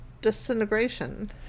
disintegration